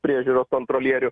priežiūros kontrolierių